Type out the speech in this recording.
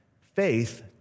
faith